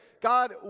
God